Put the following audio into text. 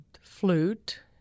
Flute